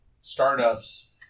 startups